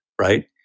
right